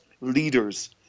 leaders